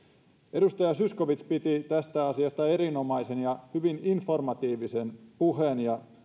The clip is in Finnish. edustaja zyskowicz piti tästä asiasta erinomaisen ja hyvin informatiivisen puheen ja